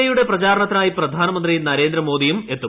A യുടെ പ്രചാരണത്തിനായി പ്രധാനമന്ത്രി നരേന്ദ്രമോദി എത്തും